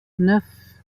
neuf